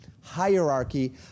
hierarchy